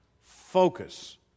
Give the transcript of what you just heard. Focus